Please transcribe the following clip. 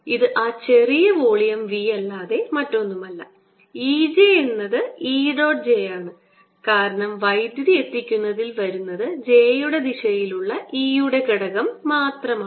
ഇത് ആ ചെറിയ വോളിയം v അല്ലാതെ മറ്റൊന്നുമല്ല E j എന്നത് e dot j ആണ് കാരണം വൈദ്യുതി എത്തിക്കുന്നതിൽ വരുന്നത് j യുടെ ദിശയിലുള്ള E യുടെ ഘടകം മാത്രമാണ്